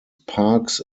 parks